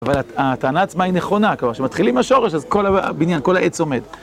אבל הטענה עצמה היא נכונה, כלומר, כשמתחילים מהשורש אז כל הבניין, כל העץ עומד.